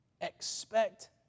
Expect